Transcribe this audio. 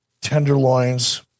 tenderloins